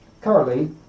currently